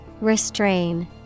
Restrain